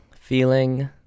feeling